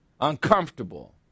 uncomfortable